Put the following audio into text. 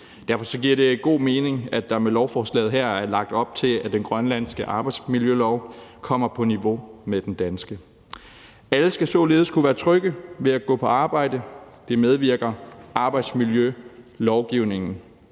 Derfor giver det god mening, at der med lovforslaget her er lagt op til, at den grønlandske arbejdsmiljølov kommer på niveau med den danske. Alle skal således kunne være trygge ved at gå på arbejde. Det medvirker arbejdsmiljølovgivningen